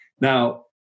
Now